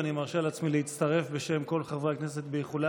אני מרשה לעצמי להצטרף בשם כל חברי הכנסת לאיחולי